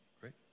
Great